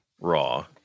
raw